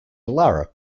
lara